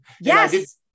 Yes